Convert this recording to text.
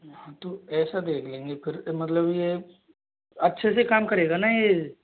हाँ तो ऐसा देख लेंगे फिर मतलब ये अच्छे से काम करेगा ना ये